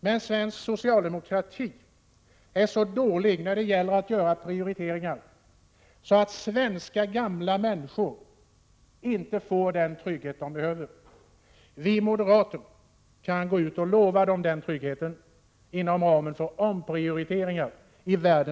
Men svensk socialdemokrati är så dålig när det gäller att göra prioriteringar att svenska gamla människor inte får den trygghet de behöver. Vi moderater kan gå ut och lova dem den tryggheten.